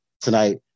tonight